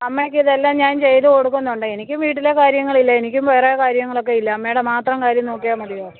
അമ്മക്ക് ഇതെല്ലാം ഞാൻ ചെയ്തുകൊടുക്കുന്നുണ്ട് എനിക്കും വീട്ടിലെ കാര്യങ്ങളില്ലേ എനിക്കും വേറെ കാര്യങ്ങളക്കെ ഇല്ലേ അമ്മയുടെ മാത്രം കാര്യം നോക്കിയാൽ മതിയോ